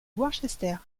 worcester